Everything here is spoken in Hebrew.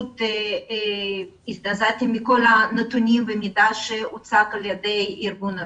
לומר שהזדעזעתי מכל הנתונים שהוצגו על ידי ארגון בטרם.